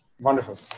Wonderful